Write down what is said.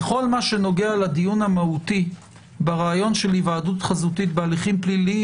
בכל הנוגע לדיון המהותי ברעיון של היוועדות חזותית בהליכים פליליים,